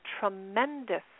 tremendous